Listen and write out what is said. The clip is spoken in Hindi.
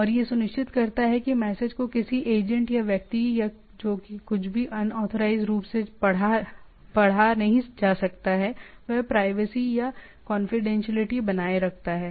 और यह सुनिश्चित करता है कि मैसेज को किसी एजेंट या व्यक्ति या जो कुछ भी अनऑथराइज्ड रूप से पढ़ा नहीं जा सकता है वह प्राइवेसी या कॉन्फिडेंशियल्टी बनाए रखता है